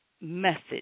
message